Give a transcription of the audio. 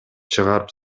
чыгарып